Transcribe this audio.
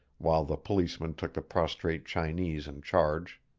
while the policemen took the prostrate chinese in charge.